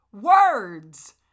Words